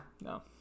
No